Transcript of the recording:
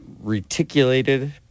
reticulated